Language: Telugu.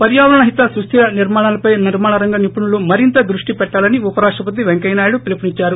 పర్భావరణహిత సుస్దిర నిర్శాణాలపై నిర్మాణరంగ నిపుణులు మరింత దృష్టిపెట్టాలని ఉపరాష్టపతి వెంకయ్య నాయుడు పిలుపునిచ్చారు